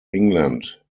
england